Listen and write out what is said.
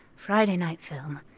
friday night film.